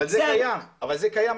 אבל זה קיים היום.